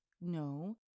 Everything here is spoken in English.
no